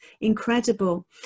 incredible